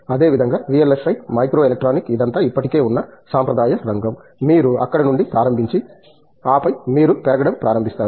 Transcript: అదేవిధంగా VLSI micro electronic ఇదంతా ఇప్పటికే ఉన్న సంప్రదాయ రంగం మీరు అక్కడ నుండి ప్రారంభించి ఆపై మీరు పెరగడం ప్రారంభిస్తారు